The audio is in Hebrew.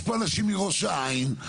יש פה אנשים מראש העין,